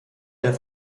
der